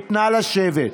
נא לשבת.